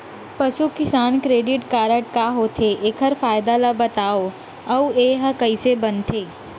पसु किसान credit card का होथे, एखर फायदा ला बतावव अऊ एहा कइसे बनथे?